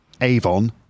Avon